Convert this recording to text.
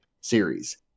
series